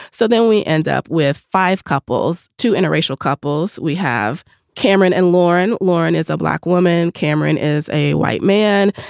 so then we end up with five couples, two interracial couples. we have cameron and lauren. lauren is a black woman. cameron is a white man.